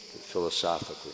philosophically